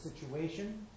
situation